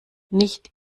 nicht